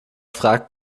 fragt